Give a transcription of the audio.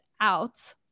out